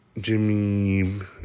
Jimmy